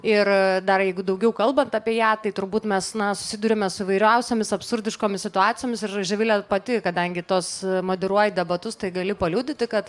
ir dar jeigu daugiau kalbant apie ją tai turbūt mes na susiduriame su įvairiausiomis absurdiškomis situacijomis ir živilė pati kadangi tuos moderuoja debatus tai gali paliudyti kad